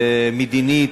מדינית.